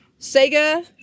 Sega